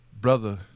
brother